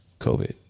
covid